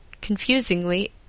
confusingly